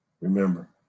remember